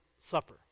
Supper